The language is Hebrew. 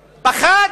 נמצאת,